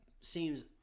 seems